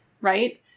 Right